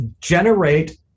generate